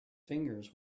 fingers